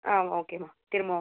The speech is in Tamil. ஆ ஓகேம்மா திரும்ப